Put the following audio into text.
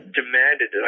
demanded